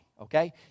Okay